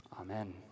Amen